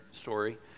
story